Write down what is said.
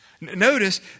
Notice